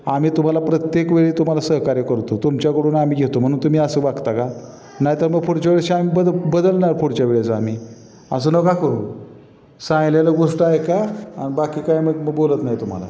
आम्ही तुम्हाला प्रत्येक वेळी तुम्हाला सहकार्य करतो तुमच्याकडून आम्ही घेतो म्हणून तुम्ही असं वागता का नाहीतर मग पुढच्या वेळेस आम बदल बदलणार पुढच्या वेळेस आम्ही असं नका करू सांगितलेलं गोष्ट ऐका आणि बाकी काय मग मी बोलत नाही तुम्हाला